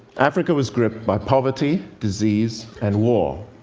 africa was gripped by poverty, disease and war.